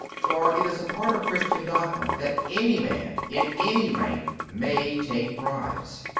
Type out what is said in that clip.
for it is a part of christian dogma that any man in any rank may take bribes.